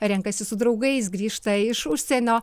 renkasi su draugais grįžta iš užsienio